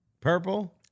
purple